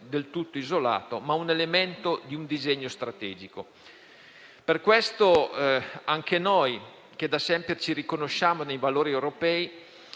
Per questo anche per noi, che da sempre ci riconosciamo nei valori europei,